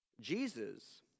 Jesus